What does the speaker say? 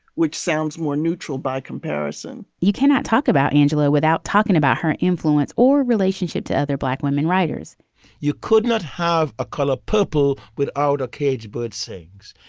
which sounds more neutral by comparison you cannot talk about angela without talking about her influence or relationship to other black women writers you could not have a color purple without a caged bird sings.